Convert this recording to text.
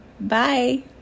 Bye